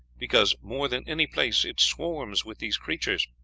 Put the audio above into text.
because, more than any place, it swarms with these creatures.